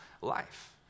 life